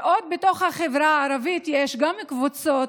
ובתוך החברה הערבית יש קבוצות